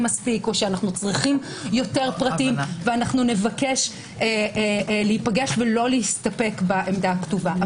מספיק או צריכים יותר פרטים ונבקש להיפגש ולא להסתפק בעמדה הכתובה.